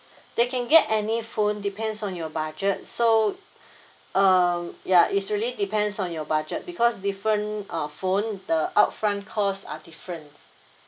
they can get any phone depends on your budget so err ya is really depends on your budget because different uh phone the upfront cost are different